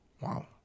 Wow